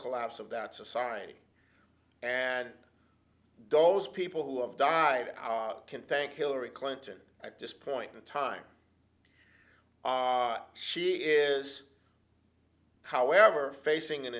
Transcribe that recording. collapse of that society and those people who have died out can thank hillary clinton at this point in time she is however facing an